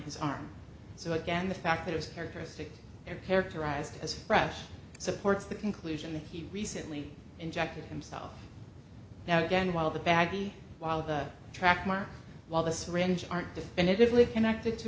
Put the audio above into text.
his arm so again the fact that it's characteristic there characterized as fresh supports the conclusion that he recently injected himself now again while the baggie while the track marks while the syringe aren't definitively connected to